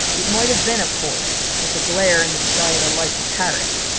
it might have been, of course, that the glare in the sky of the lights of paris,